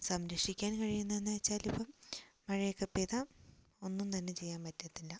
സംരക്ഷിക്കാൻ കഴിയുന്നെന്ന് വച്ചാൽ ഇപ്പം മഴയൊക്കെ പെയ്താൽ ഒന്നും തന്നെ ചെയ്യാൻ പറ്റത്തില്ല